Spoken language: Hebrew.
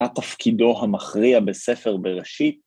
‫מה תפקידו המכריע בספר בראשית?